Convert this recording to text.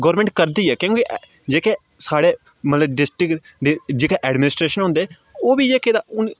government करदी ऐ क्योकि जेह्के साढ़े मतलब डिस्ट्रिक्ट दे जेह्के एडमिनिस्ट्रेशन होंदे ओह्बी जेह्के तां हून